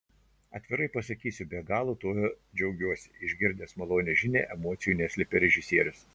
atvirai pasakysiu be galo tuo džiaugiuosi išgirdęs malonią žinią emocijų neslėpė režisierius